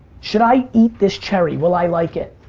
should i eat this cherry? will i like it?